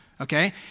Okay